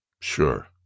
Sure